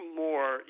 more